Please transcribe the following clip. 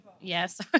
Yes